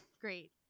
Great